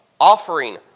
offering